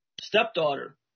stepdaughter